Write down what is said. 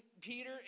Peter